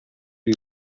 die